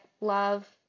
love